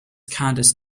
candice